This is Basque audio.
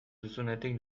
duzunetik